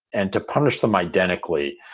and to punish them identically.